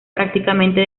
prácticamente